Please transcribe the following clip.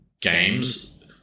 games